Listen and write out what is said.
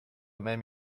même